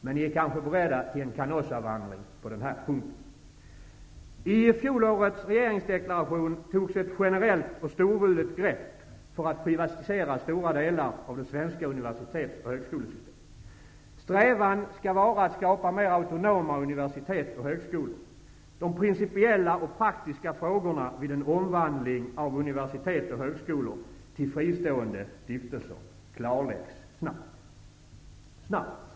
Men ni är kanske beredda till en Canossavandring på den här punkten? I fjolårets regeringsdeklaration togs ett generellt och storvulet grepp för att privatisera stora delar av det svenska universitets och högskolesystemet. ''Strävan skall vara att skapa mer autonoma universitet och högskolor. De principiella och praktiska frågorna vid en omvandling av universitet och högskolor till fristående stiftelser klarläggs snabbt.'' Snabbt var ordet.